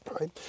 right